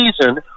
season